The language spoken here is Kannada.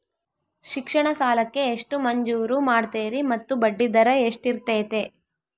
ಶಿಕ್ಷಣ ಸಾಲಕ್ಕೆ ಎಷ್ಟು ಮಂಜೂರು ಮಾಡ್ತೇರಿ ಮತ್ತು ಬಡ್ಡಿದರ ಎಷ್ಟಿರ್ತೈತೆ?